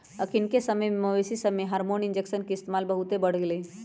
अखनिके समय में मवेशिय सभमें हार्मोन इंजेक्शन के इस्तेमाल बहुते बढ़ गेलइ ह